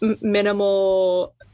minimal